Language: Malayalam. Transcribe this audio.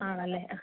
ആണല്ലേ ആ